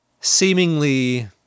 seemingly